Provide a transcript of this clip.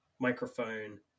microphone